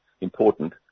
important